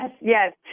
yes